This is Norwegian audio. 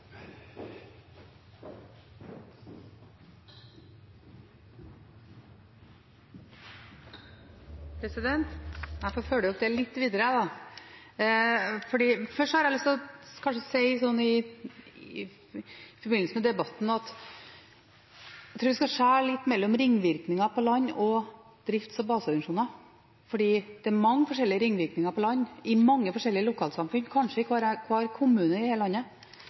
Jeg vil følge dette opp litt. Først har jeg lyst til å si, i forbindelse med debatten, at jeg tror vi skal skille litt mellom ringvirkningene på land og drifts- og baseorganisasjoner, for det er mange forskjellige ringvirkninger på land, i mange forskjellige lokalsamfunn, kanskje i hver kommune i hele landet,